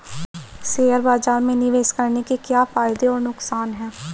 Share बाज़ार में निवेश करने के क्या फायदे और नुकसान हैं?